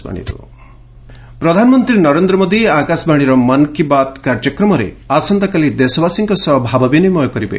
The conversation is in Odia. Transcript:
ପିଏମ୍ ମନ୍ କି ବାତ୍ ପ୍ରଧାନମନ୍ତ୍ରୀ ନରେନ୍ଦ୍ର ମୋଦୀ ଆକାଶବାଣୀର ମନ୍ କି ବାତ୍ କାର୍ଯ୍ୟକ୍ରମରେ ଆସନ୍ତାକାଲି ଦେଶବାସୀଙ୍କ ସହ ଭାବବିନିମୟ କରିବେ